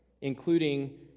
including